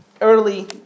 early